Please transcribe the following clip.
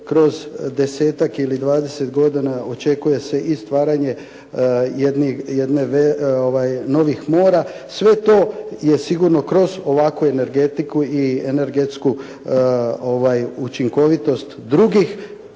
kroz 10-ak ili 20 godina očekuje se i stvaranje jedne, novih mora. Sve to je sigurno kroz ovakvu energetiku i energetsku učinkovitost drugih